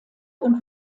und